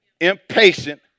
impatient